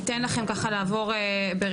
ניתן לכם ככה לעבור ברצף,